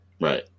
Right